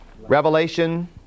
Revelation